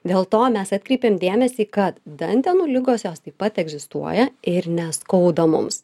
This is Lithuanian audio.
dėl to mes atkreipiam dėmesį kad dantenų ligos jos taip pat egzistuoja ir neskauda mums